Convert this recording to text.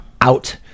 out